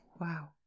wow